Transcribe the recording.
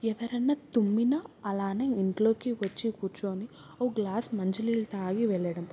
ఎవరన్నా తుమ్మినా అలానే ఇంట్లోకి వచ్చి కూర్చొని ఒక గ్లాస్ మంచినీళ్ళు తాగి వెళ్ళడం